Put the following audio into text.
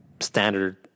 standard